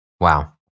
Wow